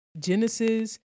Genesis